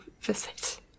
visit